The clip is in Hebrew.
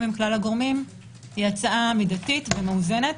עם כלל הגורמים היא הצעה מידתית ומאוזנת,